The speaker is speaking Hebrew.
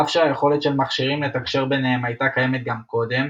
אף שהיכולת של מכשירים לתקשר ביניהם הייתה קיימת גם קודם,